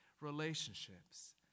relationships